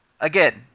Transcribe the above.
Again